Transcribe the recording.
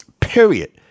period